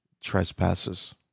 trespasses